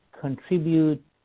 contribute